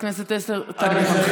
חבר הכנסת טסלר, תם זמנך.